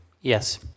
Yes